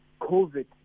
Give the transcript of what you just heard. COVID